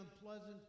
unpleasant